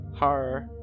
horror